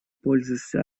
пользуешься